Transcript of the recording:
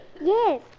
Yes